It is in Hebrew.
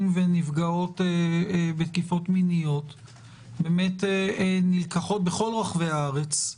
ומנפגעות בתקיפות מיניות נלקחות ערכות בכל רחבי הארץ,